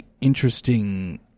interesting